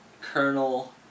Colonel